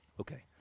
Okay